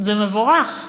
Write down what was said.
זה מבורך,